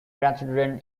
grandchildren